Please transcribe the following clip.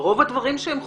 רוב הדברים שהם חושפים,